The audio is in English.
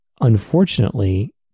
unfortunately